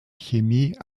chemie